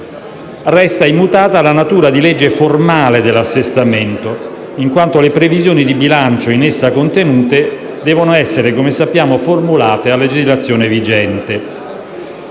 Resta immutata la natura di legge formale dell'assestamento, in quanto le previsioni di bilancio in essa contenute devono essere formulate a legislazione vigente.